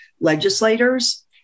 legislators